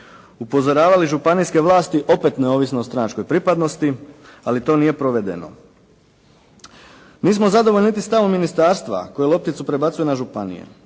upozoravali županijske vlasti opet neovisno o stranačkoj pripadnosti, ali to nije provedeno. Nismo zadovoljni niti stavom ministarstva koje lopticu prebacuje na županije.